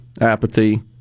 Apathy